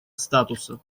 статута